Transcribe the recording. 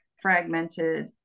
fragmented